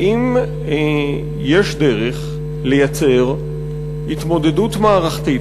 האם יש דרך לייצר התמודדות מערכתית,